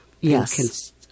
Yes